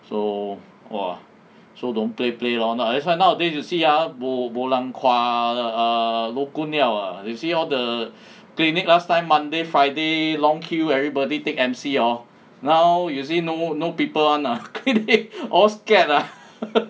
so !wah! don't play play lor that's why nowadays you see ah bo bo lang kua err lo kun liao err you see all the clinic last time monday friday long queue everybody take M_C hor now you see no no people wanna clinic all scared ah